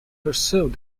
pursued